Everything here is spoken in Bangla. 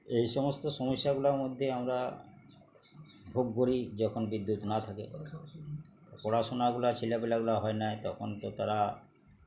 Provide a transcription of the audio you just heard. এই সমস্ত সমস্যাগুলার মধ্যে আমরা ভোগ করি যখন বিদ্যুৎ না থাকে পড়াশোনাগুলা ছেলেবেলাগুলা হয় না তখন তো তারা